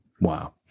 Wow